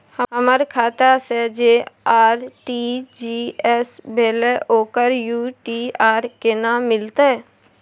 हमर खाता से जे आर.टी.जी एस भेलै ओकर यू.टी.आर केना मिलतै?